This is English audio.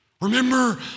Remember